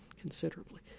considerably